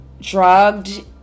drugged